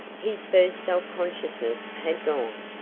his first self-consciousness had gone.